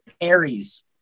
Aries